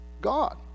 God